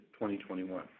2021